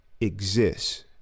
exists